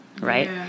right